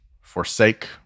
forsake